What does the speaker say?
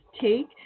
take